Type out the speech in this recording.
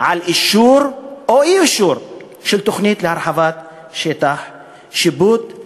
על אישור או אי-אישור של תוכנית להרחבת שטח שיפוט.